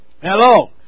Hello